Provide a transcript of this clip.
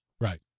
Right